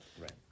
right